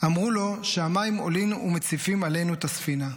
אמרו לו שהמים עולין ומציפין עלינו את הספינה".